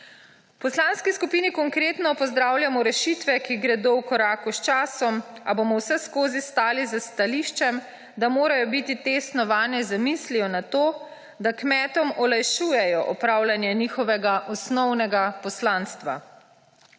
V Poslanski skupini Konkretno pozdravljamo rešitve, ki gredo v korak s časom, a bomo vseskozi stali na stališču, da morajo biti te snovane z mislijo na to, da kmetom olajšujejo opravljanje njihovega osnovnega poslanstva.